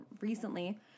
recently